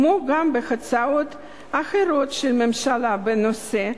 כמו גם בהצעות אחרות של הממשלה בנושא,